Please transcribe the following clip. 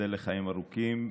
תיבדל לחיים ארוכים,